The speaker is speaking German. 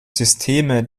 systeme